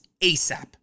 ASAP